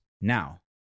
Now